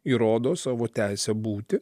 įrodo savo teisę būti